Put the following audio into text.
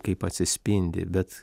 kaip atsispindi bet